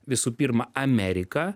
visų pirma ameriką